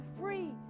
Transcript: free